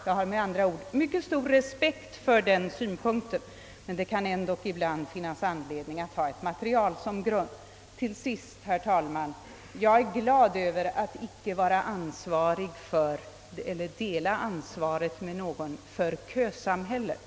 Men det kan ändock ibland finnas anledning att ha ett utredningsmaterial som grund för sitt ställningstagande. Till sist, herr talman: Jag är glad över att icke dela ansvaret med regeringen för kösamhället!